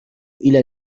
إلى